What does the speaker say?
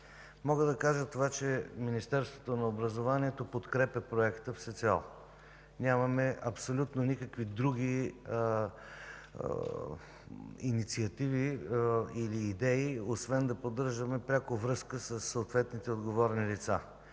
на декември 2014 г. Министерството на образованието и науката подкрепя проекта всецяло. Нямаме абсолютно никакви други инициативи или идеи, освен да поддържаме пряко връзка със съответните отговорни лица.